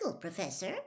Professor